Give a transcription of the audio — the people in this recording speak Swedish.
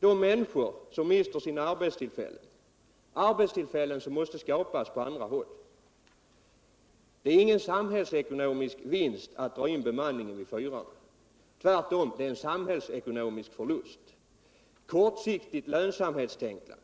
De människor det här är fråga om mister sina arbeten. och för dem måste arbetsullfällen skapas på andra håll. Det innebär ingen samhiällsekonomisk vinst att dra in bemanningen vid fyrarna. Det innebär tvärtom en samhällsekonomisk förlust. Kortsiktigt lönsamhetstänkande.